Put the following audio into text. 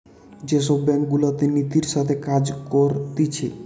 যে সব ব্যাঙ্ক গুলাতে নীতির সাথে কাজ করতিছে